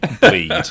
bleed